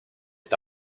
est